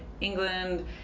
England